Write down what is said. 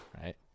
Right